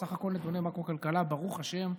בסך הכול נתוני מקרו-כלכלה, ברוך השם,